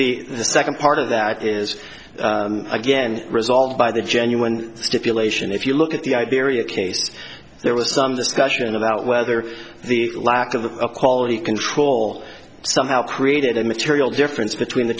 the second part of that is again resolved by the genuine stipulation if you look at the idea case there was some discussion about whether the lack of a quality control somehow created a material difference between the